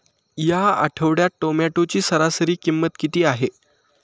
या आठवड्यात टोमॅटोची सरासरी किंमत किती आहे?